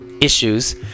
issues